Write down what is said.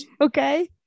Okay